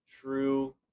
true